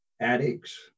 addicts